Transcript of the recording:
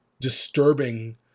disturbing